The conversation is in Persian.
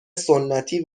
سنتی